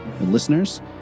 listeners